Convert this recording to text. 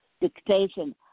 dictation